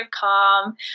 calm